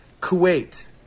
Kuwait